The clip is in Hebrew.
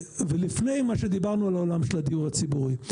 ולפי מה שדיברנו על העולם של הדיור הציבורי.